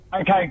Okay